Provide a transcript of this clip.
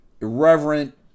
irreverent